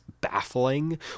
baffling